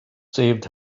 saved